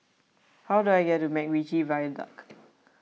how do I get to MacRitchie Viaduct